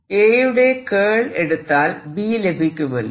A യുടെ കേൾ എടുത്താൽ B ലഭിക്കുമല്ലോ